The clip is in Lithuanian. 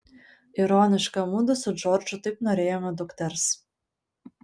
ironiška mudu su džordžu taip norėjome dukters